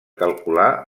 calcular